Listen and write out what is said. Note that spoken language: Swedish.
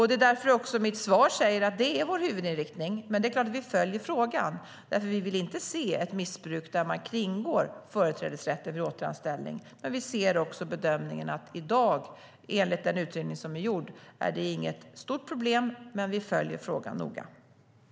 Det är därför jag också i mitt svar säger att det är vår huvudinriktning. Men det är klart att vi följer frågan. Vi vill nämligen inte se ett missbruk där man kringgår företrädesrätten vid återanställning.